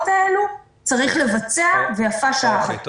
האלו צריך לבצע ויפה שעה אחת קודם.